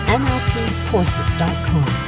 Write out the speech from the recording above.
nlpcourses.com